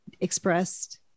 expressed